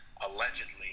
allegedly